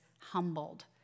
humbled